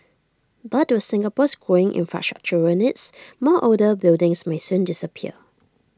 but with Singapore's growing infrastructural needs more older buildings may soon disappear